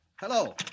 Hello